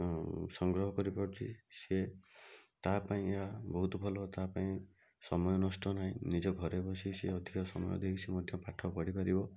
ଉଁ ସଂଗ୍ରହ କରି ପାରୁଛି ସେ ତା ପାଇଁ ଏହା ବହୁତ ଭଲ ତା ପାଇଁ ସମୟ ନଷ୍ଟ ନାହିଁ ନିଜ ଘରେ ବସି ସିଏ ଅଧିକ ସମୟ ଦେଇକି ସେ ମଧ୍ୟ ପାଠ ପଢ଼ି ପାରିବ